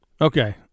Okay